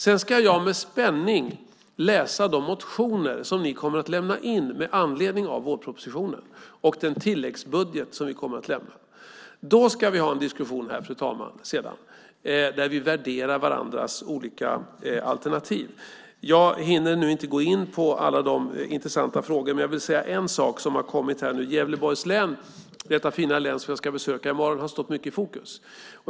Sedan ska jag med spänning läsa de motioner som ni kommer att lämna in med anledning av vårpropositionen och den tilläggsbudget som vi kommer att lämna. Sedan ska vi ha en diskussion här, fru talman, där vi värderar varandras alternativ. Jag hinner nu inte gå in på alla de intressanta frågorna. Men jag vill säga en sak som har kommit upp nu. Gävleborgs län, detta fina län som jag ska besöka i morgon, har stått mycket i fokus.